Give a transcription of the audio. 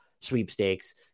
sweepstakes